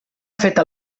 feta